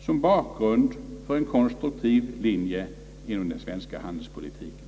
som bakgrund för möjligheterna att åstadkomma en konstruktiv linje inom den svenska handelspolitiken.